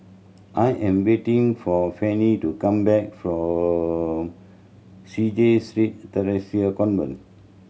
I am waiting for Fanny to come back from CHIJ Street Theresa Convent